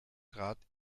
trat